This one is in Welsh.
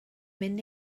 mynd